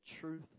truth